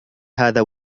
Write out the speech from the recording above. هذا